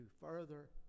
further